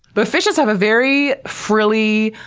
but fishes have a very frilly,